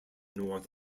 north